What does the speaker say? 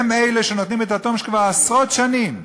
הם שנותנים את הטון כבר עשרות שנים.